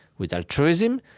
with altruism,